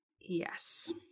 Yes